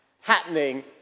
happening